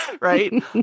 Right